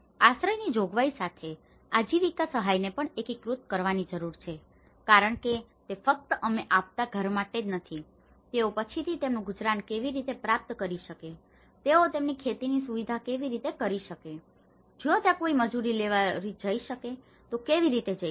આશ્રયની જોગવાઈ સાથે આજીવિકા સહાયને પણ એકીકૃત કરવાની જરૂર છે કારણ કે તે ફક્ત અમે આપતા ઘર માટે જ નથી તેઓ પછીથી તેમનું ગુજરાન કેવી રીતે પ્રાપ્ત કરી શકે તેઓ તેમની ખેતીની સુવિધા કેવી રીતે કરી શકે જો ત્યાં કોઈ મજૂરી કેવી રીતે કરી શકે તો તેઓ કેવી રીતે કરી શકે છે